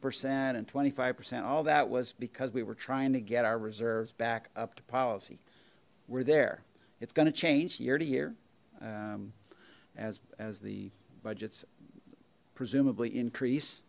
percent and twenty five percent all that was because we were trying to get our reserves back up to policy we're there it's going to change year to year as as the budgets presumably increase